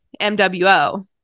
MWO